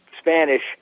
Spanish-